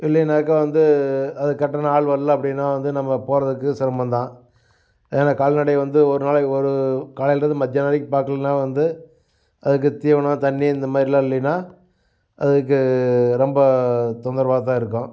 இல்லைனாக்கா வந்து அதுக்கு கரெக்டான ஆள் வரல அப்படின்னா வந்து நம்ம போகிறதுக்கு சிரமந்தான் அதுதான் கால்நடை வந்து ஒரு நாள் ஒரு காலையிலருந்து மத்தியானம் வரைக்கும் பார்க்கலைனா வந்து அதுக்கு தீவனம் தண்ணி இந்தமாதிரிலாம் இல்லையினால் அதுக்கு ரொம்ப தொந்தரவாகதான் இருக்கும்